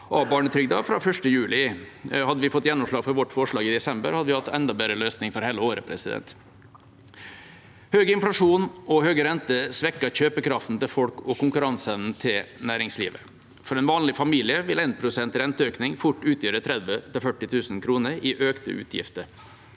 fra 1. juli. Hadde vi fått gjennomslag for vårt forslag i desember, hadde vi hatt en enda bedre løsning for hele året. Høy inflasjon og høye renter svekker kjøpekraften til folk og konkurranseevnen til næringslivet. For en vanlig familie vil 1 prosentpoengs renteøkning fort utgjøre 30 000–40 000 kr i økte utgifter,